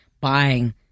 buying